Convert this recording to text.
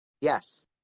Yes